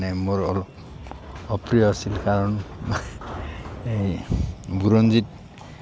মানে মোৰ অলপ অপ্ৰিয় আছিল কাৰণ এই বুৰঞ্জীত